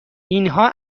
اینها